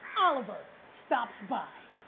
oliver stops by.